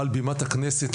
מעל בימת הכנסת,